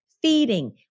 feeding